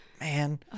man